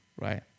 right